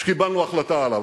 שקיבלנו החלטה לגביו.